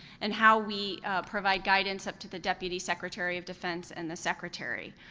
and how we provide guidance up to the deputy secretary of defense and the secretary.